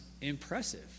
impressive